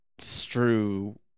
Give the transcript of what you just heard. strew